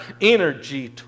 energy